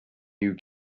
you